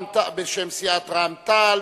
בשם סיעת רע"ם-תע"ל,